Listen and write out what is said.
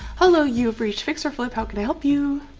hello you've reached fix-or-flip, how can i help you?